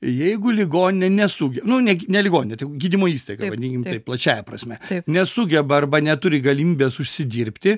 jeigu ligoninė nesuge nu ne ne ligoninė tegu gydymo įstaiga vadinkim taip plačiąja prasme nesugeba arba neturi galimybės užsidirbti